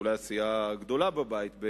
אולי בעצם במצע של הסיעה הגדולה בבית,